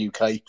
UK